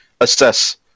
assess